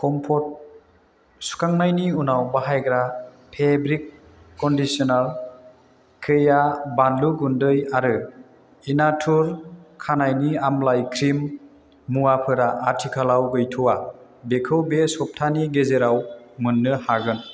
comfort सुखांनायनि उनाव बाहायग्रा फेब्रिक कन्दिसनार कैया बानलु गुन्दै आरो इनातुर खानायनि आमलाइ क्रिम मुवाफोरा आथिखालाव गैथ'वा बेखौ बे सप्तानि गेजेराव मोन्नो हागोन